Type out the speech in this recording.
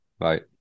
Right